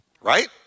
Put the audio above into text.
right